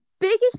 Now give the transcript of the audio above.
biggest